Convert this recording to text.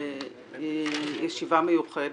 שלום לכולם.